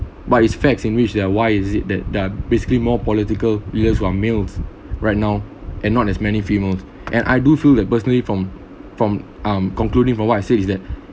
but its facts in which there why is it that there're basically more political leaders who are males right now and not as many female and I do feel that personally from from um concluding from what I say is that